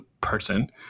person